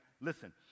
listen